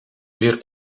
weer